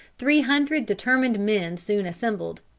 three hundred determined men soon assembled.